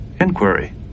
Inquiry